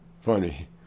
Funny